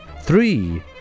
three